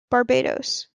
barbados